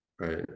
Right